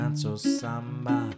samba